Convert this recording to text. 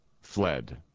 fled